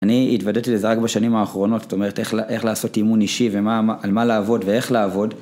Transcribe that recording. אני התוודעתי לזה רק בשנים האחרונות, זאת אומרת, איך לעשות אימון אישי ועל מה לעבוד ואיך לעבוד.